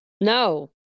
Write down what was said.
No